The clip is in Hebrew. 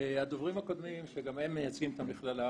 הדוברים הקודמים שגם הם מייצגים את המכללה,